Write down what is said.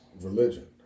religion